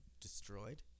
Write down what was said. destroyed